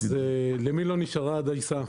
אז למי לא נשארה הדייסה?